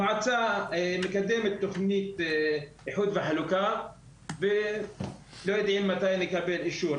המועצה מקדמת תכנית איחוד וחלוקה ולא יודעים מתי נקבל אישור.